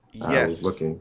Yes